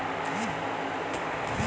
wheat মালে হছে আটা যেট আমরা গহম থ্যাকে পাই